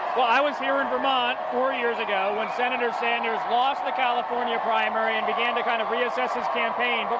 i was here in vermont four years ago when senator sanders lost the california primary and begin to kind of reassess his campaign. but